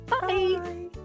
Bye